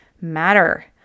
matter